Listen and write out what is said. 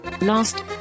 last